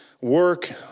work